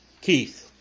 Keith